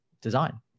design